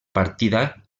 partida